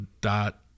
dot